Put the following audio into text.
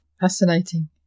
fascinating